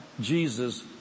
Jesus